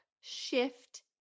shift